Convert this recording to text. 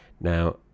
Now